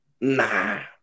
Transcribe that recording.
Nah